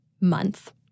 month